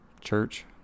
Church